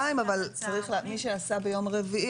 שזה ההחרגה של ילדים מחלימים או שיש להם תו ירוק מסיבה אחרת,